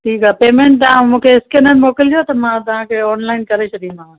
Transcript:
ठीकु आहे पेमेंट तव्हां मूंखे स्कैनर मोकिलिजो त मां तव्हांखे ऑनलाइन करे छॾींदीमाव